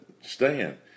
stand